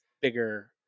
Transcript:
bigger